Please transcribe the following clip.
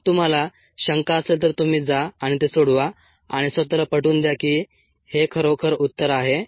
जर तुम्हाला शंका असेल तर तुम्ही जा आणि ते सोडवा आणि स्वतःला पटवून द्या की हे खरोखर उत्तरं आहे